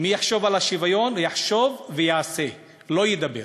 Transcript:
מי יחשוב על השוויון, ויחשוב ויעשה, לא ידבר.